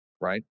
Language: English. right